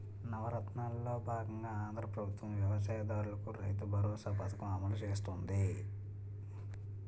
నవరత్నాలలో బాగంగా ఆంధ్రా ప్రభుత్వం వ్యవసాయ దారులకు రైతుబరోసా పథకం అమలు చేస్తుంది